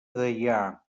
deià